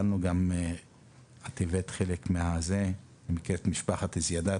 את הבאת חלק מהנתונים של משפחת זיאדאת,